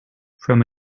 from